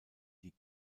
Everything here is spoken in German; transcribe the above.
die